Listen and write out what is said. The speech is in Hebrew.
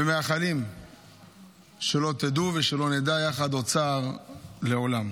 ומאחלים שלא תדעו, ושלא נדע יחד, עוד צער לעולם.